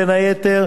בין היתר,